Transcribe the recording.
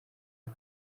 abe